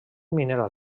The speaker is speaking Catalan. mineral